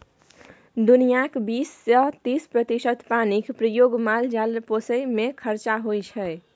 दुनियाँक बीस सँ तीस प्रतिशत पानिक प्रयोग माल जाल पोसय मे खरचा होइ छै